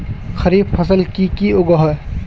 खरीफ फसल की की उगैहे?